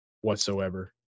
whatsoever